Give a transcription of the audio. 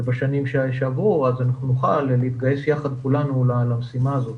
ובשנים שעברו, אז נוכל כולנו להתגייס למשימה הזאת.